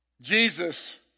Jesus